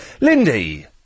Lindy